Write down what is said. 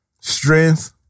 strength